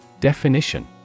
Definition